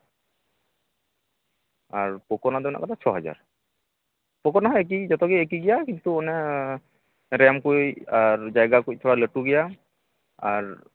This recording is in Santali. ᱟᱨ ᱯᱚᱠᱳ ᱨᱮᱱᱟᱜ ᱫᱚ ᱢᱮᱱᱟᱜ ᱠᱟᱫᱟ ᱪᱷᱚ ᱦᱟᱡᱟᱨ ᱯᱚᱠᱳ ᱨᱮᱱᱟᱜ ᱦᱚᱸ ᱮᱠᱤ ᱜᱮ ᱡᱚᱛᱚ ᱜᱮ ᱮᱠᱤ ᱜᱮᱭᱟ ᱠᱤᱱᱛᱩ ᱚᱱᱟ ᱨᱮᱢ ᱠᱚ ᱟᱨ ᱡᱟᱭᱜᱟ ᱠᱚ ᱛᱷᱚᱲᱟ ᱞᱟᱹᱴᱩ ᱜᱮᱭᱟ ᱟᱨ